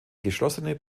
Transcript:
geschlossene